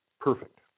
perfect